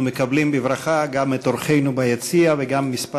אנחנו מקבלים בברכה גם את אורחינו ביציע וגם כמה